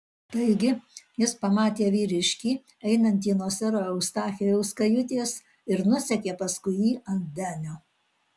taigi jis pamatė vyriškį einantį nuo sero eustachijaus kajutės ir nusekė paskui jį ant denio